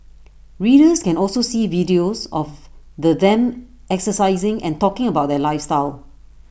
readers can also see videos of the them exercising and talking about their lifestyle